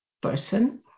person